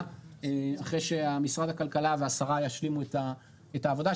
אחרי שמשרד הכלכלה והשרה ישלימו את העבודה.